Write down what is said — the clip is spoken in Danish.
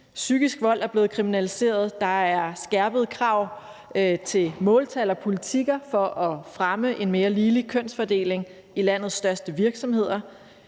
psykisk vold er blevet kriminaliseret; der er skærpede krav til måltal og politikker for at fremme en mere ligelig kønsfordeling i landets største virksomheder;